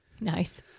Nice